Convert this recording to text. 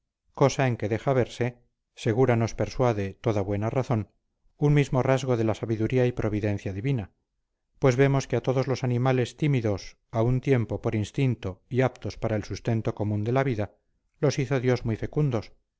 cosa en que deja verse segura nos persuade toda buena razón un mismo rasgo de la sabiduría y providencia divina pues vemos que a todos los animales tímidos a un tiempo por instinto y aptos para el sustento común de la vida los hizo dios muy fecundos